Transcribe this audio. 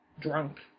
drunk